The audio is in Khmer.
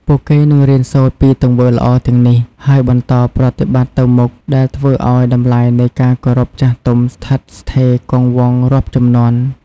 ពួកគេនឹងរៀនសូត្រពីទង្វើល្អទាំងនេះ ហើយបន្តប្រតិបត្តិទៅមុខ ដែលធ្វើឲ្យតម្លៃនៃការគោរពចាស់ទុំស្ថិតស្ថេរគង់វង្សរាប់ជំនាន់។